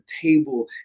table